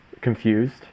confused